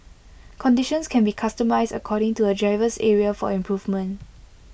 conditions can be customised according to A driver's area for improvement